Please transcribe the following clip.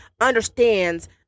understands